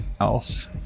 else